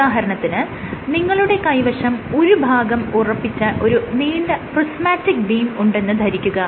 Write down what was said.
ഉദാഹരണത്തിന് നിങ്ങളുടെ കൈവശം ഒരു ഭാഗം ഉറപ്പിച്ച ഒരു നീണ്ട പ്രിസ്മാറ്റിക് ബീം ഉണ്ടെന്ന് ധരിക്കുക